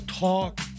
talk